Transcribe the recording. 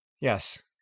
Yes